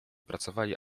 pracowali